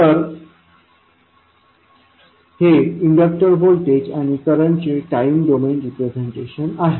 तर हे inductor voltage आणि करंटचे टाईम डोमेन रिप्रेझेंटेशन आहे